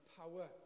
power